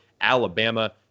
Alabama